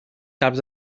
caps